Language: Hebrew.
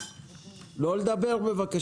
מדינת ישראל באופן סדיר